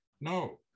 No